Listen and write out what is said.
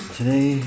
Today